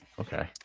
okay